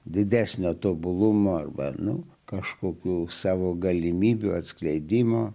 didesnio tobulumo arba nu kažkokių savo galimybių atskleidimo